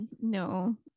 no